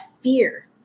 fear